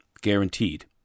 guaranteed